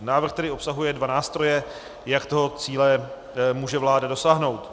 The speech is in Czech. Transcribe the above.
Návrh tedy obsahuje dva nástroje, jak toho cíle může vláda dosáhnout.